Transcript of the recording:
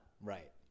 Right